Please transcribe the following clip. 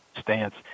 stance